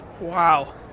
Wow